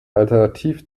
alternativ